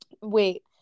wait